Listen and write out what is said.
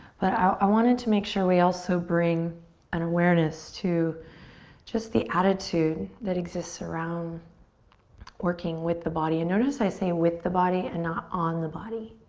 but i wanted to make sure we also bring an awareness to just the attitude that exists around working with the body and notice i say with the body and not on the body.